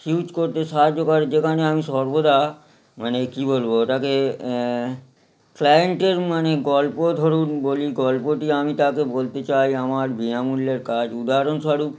huge করতে সাহায্য করে যেখানে আমি সর্বদা মানে কী বলব ওটাকে ক্লায়েন্টের মানে গল্প ধরুন বলি গল্পটি আমি তা তো বলতে চাই আমার বিনামূল্যের কাজ উদাহরণস্বরূপ